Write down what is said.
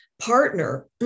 partner